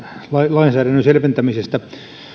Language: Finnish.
lainsäädännön selventämisestä